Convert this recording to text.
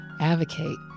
advocate